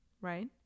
right